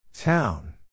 Town